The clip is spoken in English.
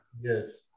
yes